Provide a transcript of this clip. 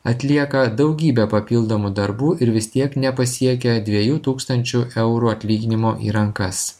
atlieka daugybę papildomų darbų ir vis tiek nepasiekia dviejų tūkstančių eurų atlyginimo į rankas